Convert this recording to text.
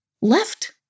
left